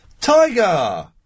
Tiger